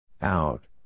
Out